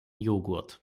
jogurt